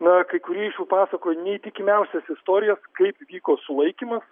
na kai kurie iš jų pasakoja neįtikimiausias istorijas kaip vyko sulaikymas